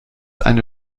eine